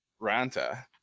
Ranta